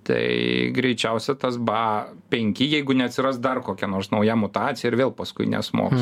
tai greičiausia tas ba penki jeigu neatsiras dar kokia nors nauja mutacija ir vėl paskui nesmogs